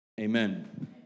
Amen